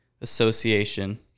association